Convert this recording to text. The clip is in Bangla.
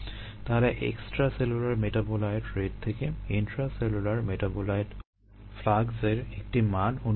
তাহলে এক্সট্রাসেলুলার মেটাবোলাইট রেট থেকে ইন্ট্রাসেলুলার মেটাবোলাইট ফ্লাক্সের একটি মান অনুমান করা